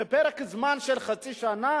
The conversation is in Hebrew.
בפרק זמן של חצי שנה